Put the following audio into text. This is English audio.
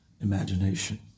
imagination